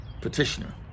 petitioner